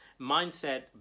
mindset